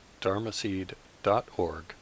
dharmaseed.org